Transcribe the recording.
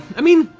i mean,